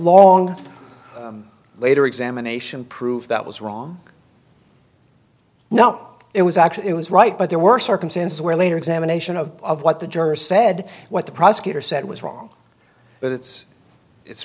long later examination proved that was wrong no it was actually it was right but there were circumstances where later examination of what the jurors said what the prosecutor said was wrong but it's it's